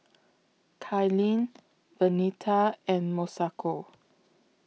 Cailyn Vernita and Masako